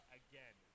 again